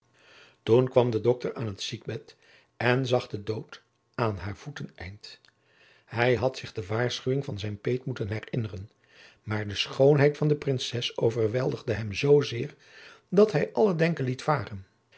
toen kwam de dokter aan het ziekbed en zag den dood aan haar voeteneind hij had zich de waarschuwing van zijn peet moeten herinneren maar de schoonheid van de prinses overweldigde hem zzeer dat hij alle denken liet varen